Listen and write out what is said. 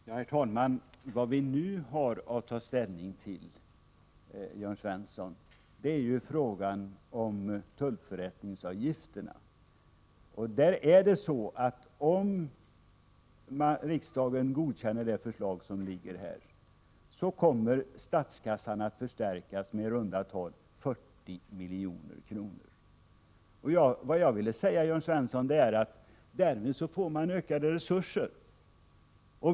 Herr talman! Vad vi nu har att ta ställning till, Jörn Svensson, är ju frågan om tullförrättningsavgifter. Om riksdagen godkänner det förslag som nu ligger, kommer statskassan att förstärkas med i runda tal 40 milj.kr. Därmed får man ökade resurser.